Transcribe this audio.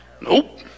Nope